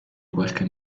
qualche